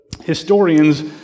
historians